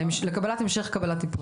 להמשך קבלת שירות'.